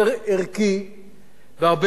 ויהיו הרבה פחות שקר וחנופה,